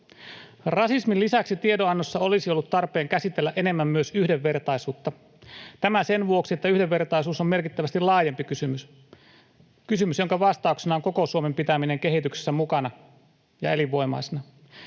Rasismin lisäksi tiedonannossa olisi ollut tarpeen käsitellä enemmän myös yhdenvertaisuutta. Tämä sen vuoksi, että yhdenvertaisuus on merkittävästi laajempi kysymys — kysymys, jonka vastauksena on koko Suomen pitäminen kehityksessä mukana ja elinvoimaisena.